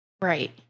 Right